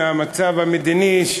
מהמצב המדיני,